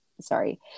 Sorry